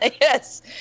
Yes